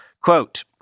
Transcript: Quote